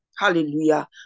Hallelujah